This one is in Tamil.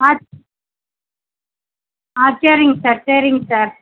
ஆ ஆ சரிங்க சார் சரிங்க சார்